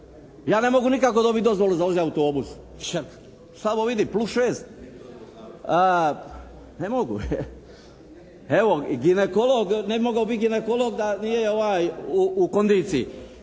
ja ne mogu nikako dobiti dozvolu za voziti autobus. Slabo vidim, plus 6, ne mogu. Evo, ginekolog ne bi mogao biti ginekolog da nije u kondiciji.